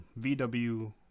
vw